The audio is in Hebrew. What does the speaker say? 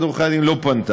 לשכת עורכי-הדין לא פנתה.